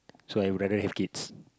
so I would rather have kids